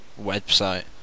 website